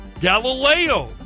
Galileo